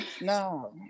No